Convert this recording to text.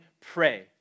pray